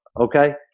okay